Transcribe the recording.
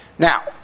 Now